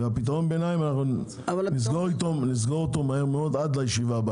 אנחנו נסכם על כך עד הישיבה הבאה.